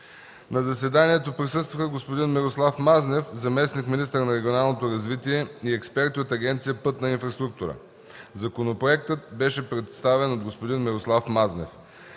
На заседанието присъстваха господин Мирослав Мазнев – заместник-министър на регионалното развитие, и експерти от Агенция „Пътна инфраструктура”. Законопроектът беше представен от господин Мирослав Мазнев.